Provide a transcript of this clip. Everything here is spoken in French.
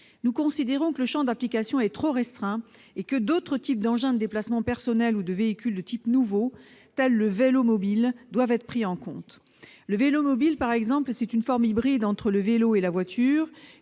Nous considérons que ce champ d'application est trop restreint et que d'autres types d'engins de déplacement personnel ou des véhicules de type nouveau, comme le vélomobile, doivent être pris en compte. Le vélomobile est un hybride entre le vélo et la voiture,